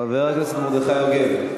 חבר הכנסת מרדכי יוגב,